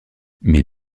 mes